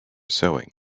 sewing